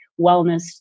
wellness